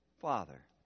father